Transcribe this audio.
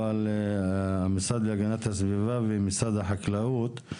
אבל המשרד להגנת הסביבה ומשרד החקלאות.